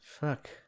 Fuck